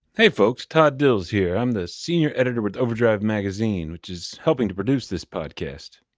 hey folks, todd dills here i'm the senior editor with overdrive magazine, which is helping to produce this podcast.